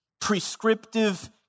Prescriptive